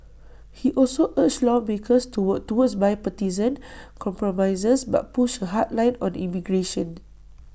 he also urged lawmakers to work toward bipartisan compromises but pushed A hard line on immigration